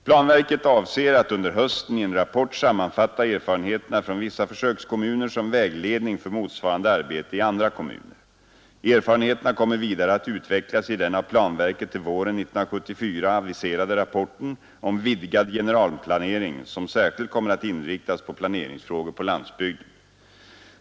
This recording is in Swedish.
Planverket avser att under hösten i en rapport sammanfatta erfarenheterna från vissa försökskommuner som vägledning för motsvarande arbete i andra kommuner. Erfarenheterna kommer vidare att utvecklas i den av planverket till våren 1974 aviserade rapporten om vidgad generalplanering som särskilt kommer att inriktas på planeringsfrågor på landsbygden.